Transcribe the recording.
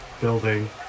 building